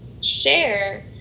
share